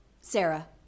sarah